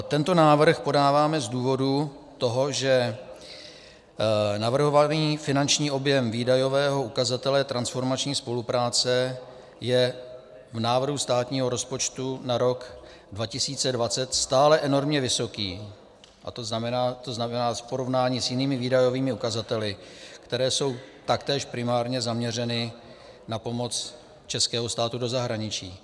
Tento návrh podáváme z toho důvodu, že navrhovaný finanční objem výdajového ukazatele transformační spolupráce je v návrhu státního rozpočtu na rok 2020 stále enormně vysoký, to znamená v porovnání s jinými výdajovými ukazateli, které jsou taktéž primárně zaměřeny na pomoc českého státu do zahraničí.